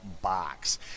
box